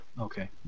Okay